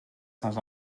sans